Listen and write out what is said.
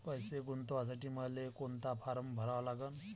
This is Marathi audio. पैसे गुंतवासाठी मले कोंता फारम भरा लागन?